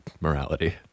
morality